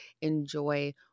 enjoy